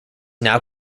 now